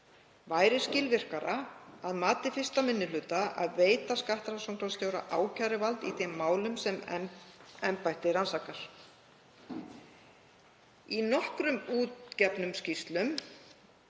væri skilvirkara að mati 1. minni hluta að veita skattrannsóknarstjóra ákæruvald í þeim málum sem embættið rannsakar. Í nokkrum útgefnum skýrslum